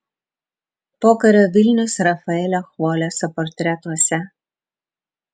pokario vilnius rafaelio chvoleso portretuose